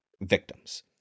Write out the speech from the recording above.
victims